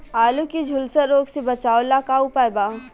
आलू के झुलसा रोग से बचाव ला का उपाय बा?